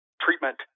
treatment